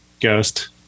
ghost